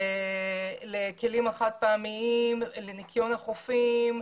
לכלים החד פעמיים, לניקיון החופים.